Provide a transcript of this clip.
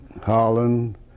Holland